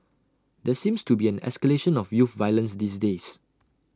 there seems to be an escalation of youth violence these days